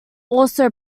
also